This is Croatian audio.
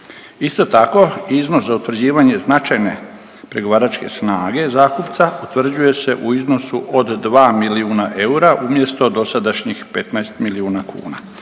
Isto tako iznos za utvrđivanje značajne pregovaračke snage zakupca utvrđuje se u iznosu od 2 milijuna eura umjesto dosadašnjih 15 milijuna kuna.